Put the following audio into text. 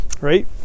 right